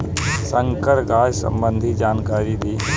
संकर गाय सबंधी जानकारी दी?